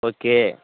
okay